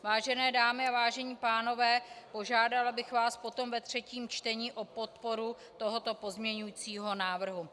Vážené dámy a vážení pánové, požádala bych vás potom ve třetím čtení o podporu tohoto pozměňovacího návrhu.